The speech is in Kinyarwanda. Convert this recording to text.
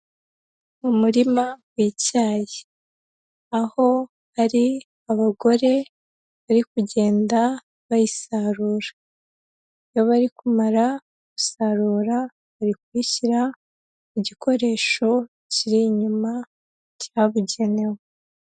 Mu murima w'icyayi aho hari abagore bari kugenda bayisarura, iyo bari kumara gusarura bari kuyishyira mu gikoresho kiri inyuma cyabugenewe.